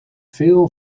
veel